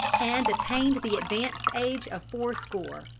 and attained the advanced age of fourscore.